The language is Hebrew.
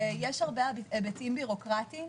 יש הרבה היבטים בירוקרטיים,